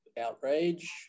outrage